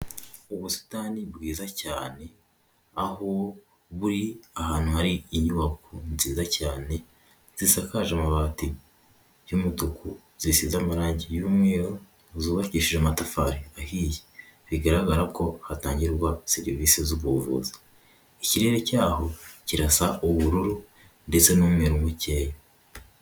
Ubusitani bwiza cyane aho buri ahantu hari inyubako nziza cyane, zidasakaje amabati y'umutuku, zisize amarangi y'umweru zubakishije amatafari ahiye bigaragara ko hatangirwa serivisi z'ubuvuzi ikirere cyaho kirasa ubururu ndetse n'umwerur mukeya.